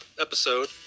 episode